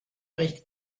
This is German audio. richtet